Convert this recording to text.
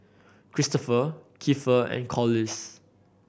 Christoper Keifer and Corliss